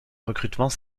recrutement